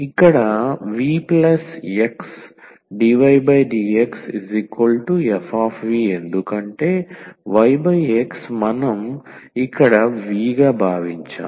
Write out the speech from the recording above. ఇక్కడ vxdvdxfv ఎందుకంటే yx మనం ఇక్కడ v గా భావించాము